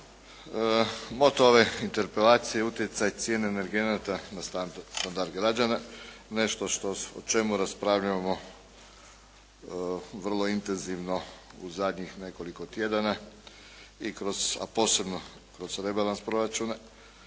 Moto ove interpelacije je utjecaj cijene energenata na standard građana, nešto o čemu raspravljamo vrlo intenzivno u zadnjih nekoliko tjedana, a posebno kroz rebalans proračuna,